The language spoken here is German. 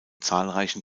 zahlreichen